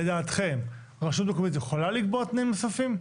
לדעתכם, רשות מקומית יכולה לקבוע תנאים נוספים?